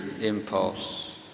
impulse